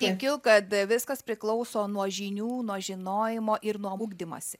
tkiu kad viskas priklauso nuo žinių nuo žinojimo ir nuo ugdymosi